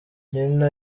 nyina